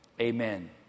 amen